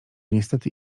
niestety